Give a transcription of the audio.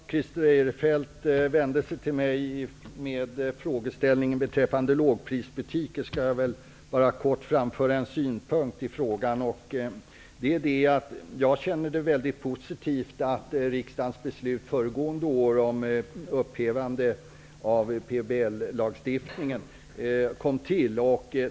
Fru talman! Eftersom Christer Eirefelt vände sig till mig med en fråga om lågprisbutiker, skall jag kort framföra en synpunkt. Jag upplevde det väldigt positivt att riksdagen förra året beslutade om upphävande av PBL-lagen.